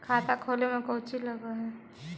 खाता खोले में कौचि लग है?